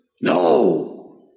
No